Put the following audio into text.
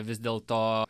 vis dėl to